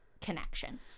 connection